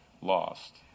lost